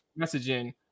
Messaging